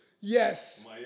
Yes